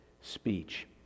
speech